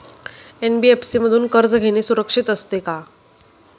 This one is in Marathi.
एन.बी.एफ.सी मधून कर्ज घेणे सुरक्षित असते का?